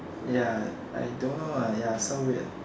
ya I don't know ah ya so weird